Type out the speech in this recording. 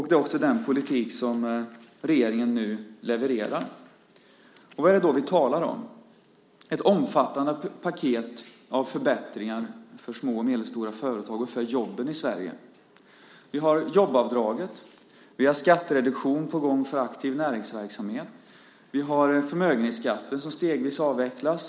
Det är också den politik som regeringen nu levererar. Vad är det då vi talar om? Det är ett omfattande paket av förbättringar för små och medelstora företag och för jobben i Sverige. Vi har jobbavdraget. Vi har skattereduktion på gång för aktiv näringsverksamhet. Vi har förmögenhetsskatten som stegvis avvecklas.